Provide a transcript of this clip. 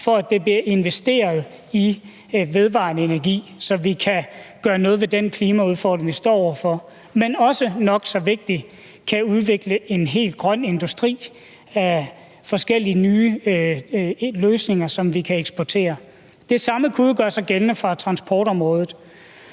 for at det kan blive investeret i vedvarende energi, så vi kan gøre noget ved den klimaudfordring, vi står over for, men også – og det er nok så vigtigt – kan udvikle en hel grøn industri med forskellige nye løsninger, som vi kan eksportere. Det samme kunne gøre sig gældende for transportområdet.